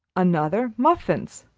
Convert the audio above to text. another, muffins.